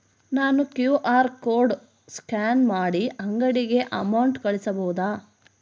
ನಾನು QR code scan ಮಾಡಿ ಅಂಗಡಿಗೆ ಅಮೌಂಟ್ ಕಳಿಸಬಹುದಾ?